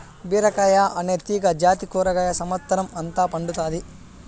బీరకాయ అనే తీగ జాతి కూరగాయ సమత్సరం అంత పండుతాది